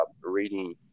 reading